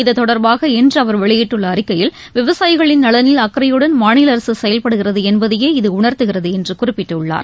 இது தொடர்பாக இன்று அவர் வெளியிட்டுள்ள அறிக்கையில் விவசாயிகளின் நலனில் அக்கறையுடன் மாநில அரசு செயல்படுகிறது என்பதையே இது உணர்த்துகிறது என்று குறிப்பிட்டுள்ளார்